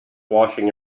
washing